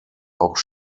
auch